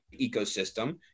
ecosystem